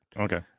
Okay